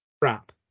crap